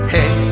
Hey